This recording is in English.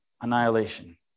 annihilation